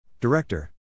Director